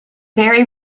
very